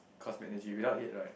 cosmic energy without it right